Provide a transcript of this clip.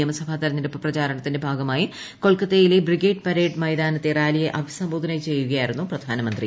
നിയമസഭാ തെരഞ്ഞെടുപ്പ് പ്രചാരണത്തിന്റെ ഭാഗമായി കൊൽക്കത്തയിലെ ബ്രിഗേഡ് പരേഡ് ഐതാനത്ത റാലിയെ അഭിസംബോധന ചെയ്യുകയായിരുന്നു പ്രധാനമന്ത്രി